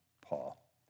Paul